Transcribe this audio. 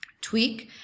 tweak